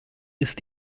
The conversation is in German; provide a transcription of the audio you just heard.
ist